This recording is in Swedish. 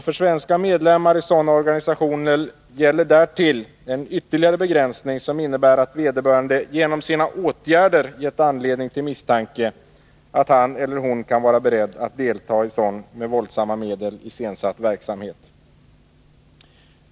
För svenska medlemmar i sådana organisationer gäller därtill en ytterligare begränsning som innebär att vederbörande genom sina åtgärder gett anledning till misstanke om att han eller hon kan vara beredd att delta i sådan, med våldsamma medel iscensatt verksamhet.